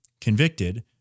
convicted